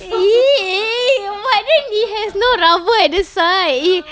!ee! but then it has no rubber at the side i~